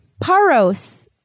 Paros